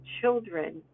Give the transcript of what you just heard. children